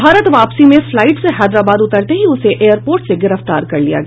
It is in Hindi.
भारत वापसी में फ्लाईट से हैदराबाद उतरते ही उसे एयरपोर्ट से गिरफ्तार कर लिया गया